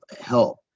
help